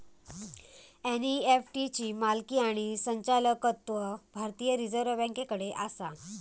NEFT ची मालकी आणि संचालकत्व भारतीय रिझर्व बँकेकडे आसा